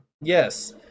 Yes